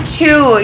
two